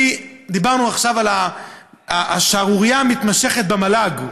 דיברנו עכשיו על השערורייה המתמשכת במל"ג,